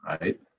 right